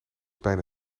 bijna